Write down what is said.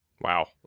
Wow